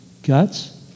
Guts